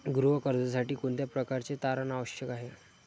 गृह कर्जासाठी कोणत्या प्रकारचे तारण आवश्यक आहे?